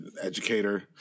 educator